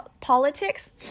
politics